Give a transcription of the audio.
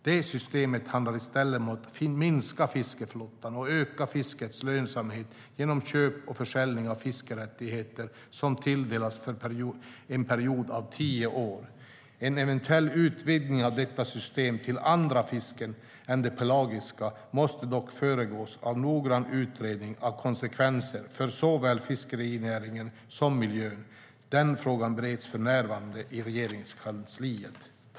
Det systemet handlar i stället om att minska fiskeflottan och öka fiskets lönsamhet genom köp och försäljning av fiskerättigheter som tilldelats för en period av tio år. En eventuell utvidgning av detta system till andra fisken än det pelagiska måste dock föregås av noggrann utredning av konsekvenserna för såväl fiskerinäringen som miljön. Den frågan bereds för närvarande i Regeringskansliet.